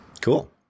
cool